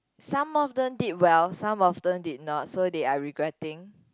some of them did well some of them did not so they are regretting